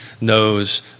knows